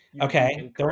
Okay